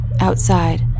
Outside